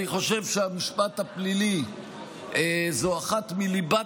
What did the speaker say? אני חושב שהמשפט הפלילי הוא אחת מליבות